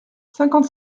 cinquante